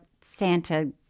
Santa